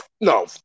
no